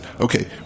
Okay